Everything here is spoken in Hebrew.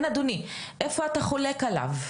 כן, אדוני, איפה אתה חולק עליו?